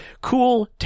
cool